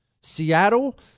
Seattle